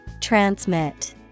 Transmit